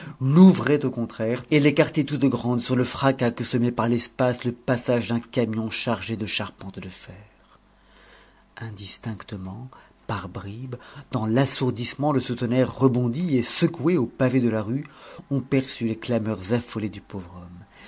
l'ouvrait au contraire et l'écartait toute grande sur le fracas que semait par l'espace le passage d'un camion chargé de charpentes de fer indistinctement par bribes dans l'assourdissement de ce tonnerre rebondi et secoué aux pavés de la rue on perçut les clameurs affolées du pauvre homme